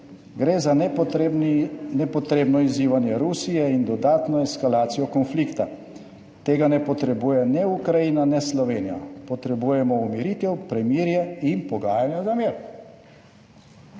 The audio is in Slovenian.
Gre za nepotrebno izzivanje Rusije in dodatno eskalacijo konflikta. Tega ne potrebuje ne Ukrajina ne Slovenija. Potrebujemo umiritev, premirje in pogajanja za mir.«